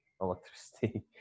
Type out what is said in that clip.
electricity